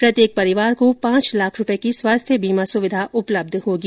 प्रत्येक परिवार को पांच लाख रूपए की स्वास्थ्य बीमा सुविधा उपलब्ध होगी